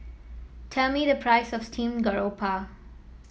tell me the price of Steamed Garoupa